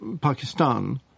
Pakistan